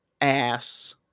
ass